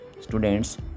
students